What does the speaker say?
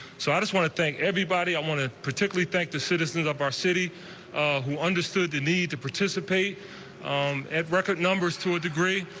so i just want to thank everybody. i want to particularly thank the citizens of our city who understood the need to participate at record numbers to a degree.